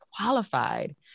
qualified